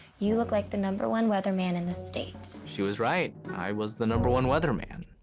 you look like the number one weatherman in the state. she was right. i was the number one weatherman.